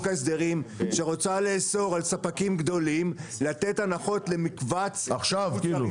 ההסדרים שרוצה לאסור על ספקים גדולים לתת הנחות למקבץ --- עכשיו כאילו?